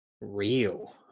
real